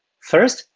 first,